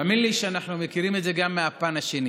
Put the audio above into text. תאמין לי שאנחנו מכירים את זה גם מהפן השני,